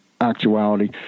actuality